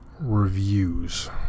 reviews